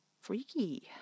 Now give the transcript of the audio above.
Freaky